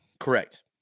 Correct